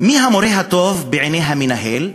מי המורה הטוב בעיני המנהל,